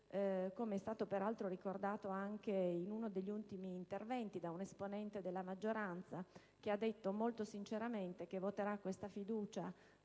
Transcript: (come è stato peraltro ricordato anche in uno degli ultimi interventi da un esponente della maggioranza che ha detto molto sinceramente che voterà questa fiducia